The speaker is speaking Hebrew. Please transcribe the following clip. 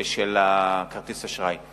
של כרטיס האשראי.